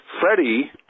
Freddie